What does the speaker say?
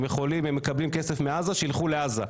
הם מקבלים כסף מעזה, שילכו לעזה.